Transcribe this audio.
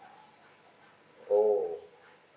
oh